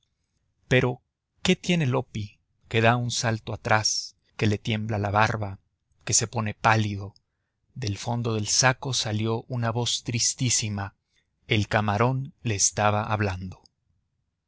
pero qué tiene loppi que da un salto atrás que le tiembla la barba que se pone pálido del fondo del saco salió una voz tristísima el camarón le estaba hablando